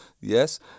yes